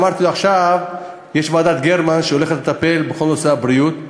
אמרתי לו: יש עכשיו ועדת גרמן שהולכת לטפל בכל נושא הבריאות,